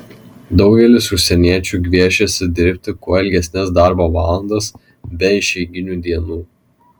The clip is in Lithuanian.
daugelis užsieniečių gviešiasi dirbti kuo ilgesnes darbo valandas be išeiginių dienų